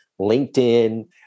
LinkedIn